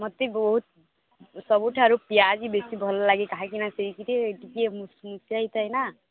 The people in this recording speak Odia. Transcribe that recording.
ମୋତେ ବହୁତ ସବୁଠାରୁ ପିଆଜି ବେଶି ଭଲ ଲାଗେ କାହିଁକିନା ସେଇଥିରେ ଟିକେ ମୁସ୍ମୁସିଆ ହେଇଥାଏ ନାଁ